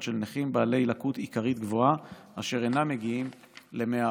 של נכים בעלי לקות עיקרית גבוהה אשר אינם מגיעים ל-100%.